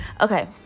Okay